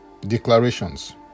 Declarations